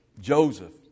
Joseph